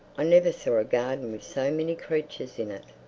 i never saw a garden with so many creatures in it.